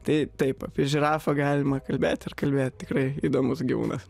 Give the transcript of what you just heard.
tai taip apie žirafą galima kalbėt ir kalbėt tikrai įdomus gyvūnas